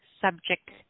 subject